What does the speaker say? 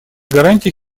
гарантий